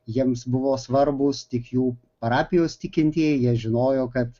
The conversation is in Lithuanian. jiems buvo svarbūs tik jų parapijos tikintieji jie žinojo kad